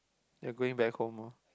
you're going back home hor